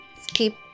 skip